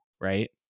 right